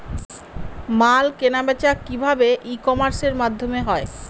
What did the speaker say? মাল কেনাবেচা কি ভাবে ই কমার্সের মাধ্যমে হয়?